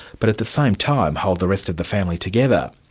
but at the same time hold the rest of the family together.